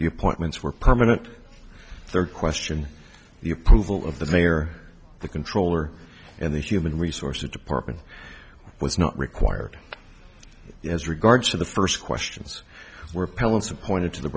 the appointments were per minute third question the approval of the mayor the controller and the human resources department was not required as regards to the first questions were pellets appointed to the